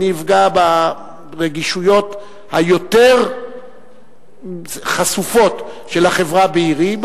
אני אפגע ברגישויות היותר חשופות של החברה בעירי,